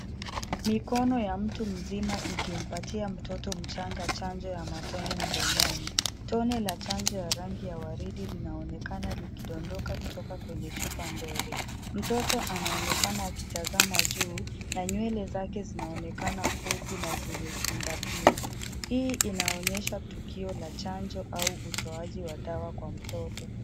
Mikono ya mtu mzima ikimpatia mtoto mchanga chanjo ya matone mdomoni. Tone la chanjo la rangi ya waridi linaonekana likidondoka kutoka kwenye chupa ndogo. Mtoto anaonekana akitazama juu, na nywele zake zinaonekana fupi na zimepindapinda. Hii inaonyesha tukio la chanjo au utoaji wa dawa kwa mtoto.